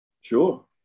Sure